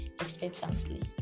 expectantly